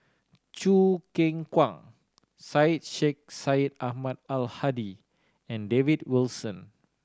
Choo Keng Kwang Syed Sheikh Syed Ahmad Al Hadi and David Wilson